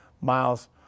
miles